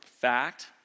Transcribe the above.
fact